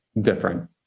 different